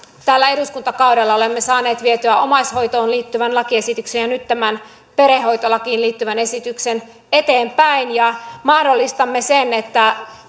tällä eduskuntakaudella olemme saaneet vietyä omaishoitoon liittyvän lakiesityksen ja nyt tämän perhehoitolakiin liittyvän esityksen eteenpäin ja mahdollistamme sen että